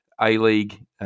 A-League